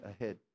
ahead